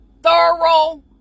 thorough